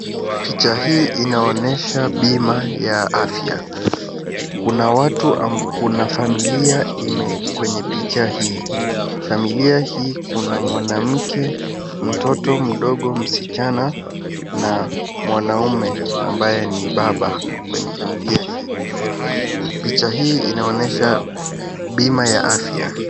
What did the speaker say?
Picha hii inaonesha bima ya afya. Kuna watu amba, kuna familia ime, kwenye picha hii. Familia hii kuna mwanamke, mtoto mdogo msichana na mwanaume ambaye ni baba kwenye familia hii. Picha hii inaonyesha bima ya afya.